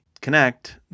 Connect